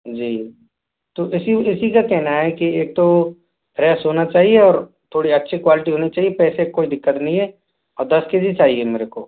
जी तो इसी इसी का कहना है कि एक तो फ्रेश होना चाहिए और थोड़ी अच्छी क्वालिटी होनी चाहिए पैसे कोई दिक्कत नहीं है और दस के जी चाहिए मेरे को